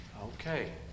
Okay